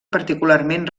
particularment